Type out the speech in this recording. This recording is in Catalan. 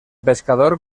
pescador